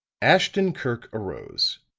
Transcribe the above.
ashton-kirk arose,